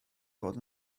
fod